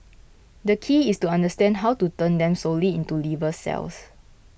the key is to understand how to turn them solely into liver cells